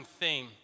theme